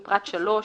בפרט 3,